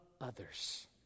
others